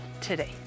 today